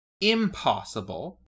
impossible